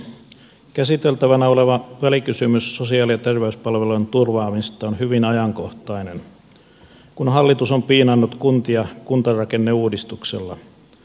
käsiteltävänä oleva välikysymys sosiaali ja terveyspalvelujen turvaamisesta on hyvin ajankohtainen kun hallitus on piinannut kuntia kuntarakenneuudistuksella